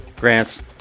Grants